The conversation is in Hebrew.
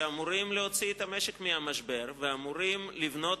שאמורות להוציא את המשק מהמשבר ואמורות לבנות